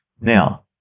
Now